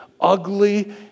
ugly